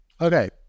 okay